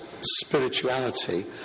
spirituality